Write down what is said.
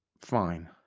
Fine